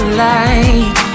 light